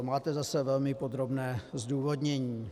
Máte zase velmi podrobné zdůvodnění.